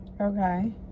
Okay